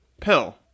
Pill